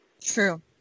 True